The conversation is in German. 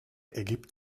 ergibt